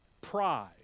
Pride